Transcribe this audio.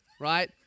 right